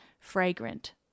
fragrant